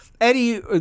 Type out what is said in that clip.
Eddie